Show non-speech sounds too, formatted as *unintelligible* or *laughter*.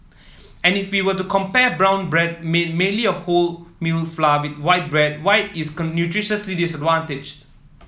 any if we were to compare brown bread made mainly of wholemeal flour with white bread white is *unintelligible* nutritionally disadvantaged